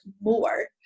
more